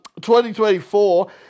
2024